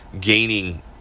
gaining